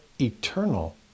eternal